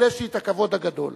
אבל יש לי הכבוד הגדול